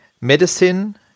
medicine